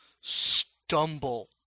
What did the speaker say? stumble